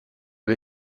dei